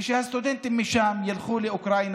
ושהסטודנטים ילכו משם לאוקראינה,